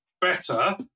better